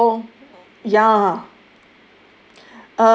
so ya